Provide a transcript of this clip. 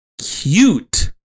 Cute